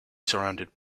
surrounded